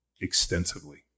extensively